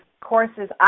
courses